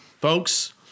folks